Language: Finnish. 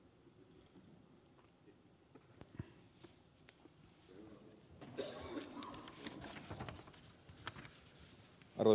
arvoisa puhemies